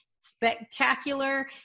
spectacular